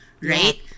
right